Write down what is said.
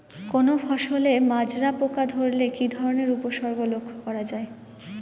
কোনো ফসলে মাজরা পোকা ধরলে কি ধরণের উপসর্গ লক্ষ্য করা যায়?